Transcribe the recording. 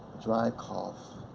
dry cough,